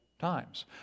times